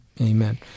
Amen